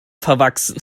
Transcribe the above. verwachsen